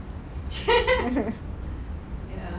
chair